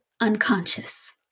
unconscious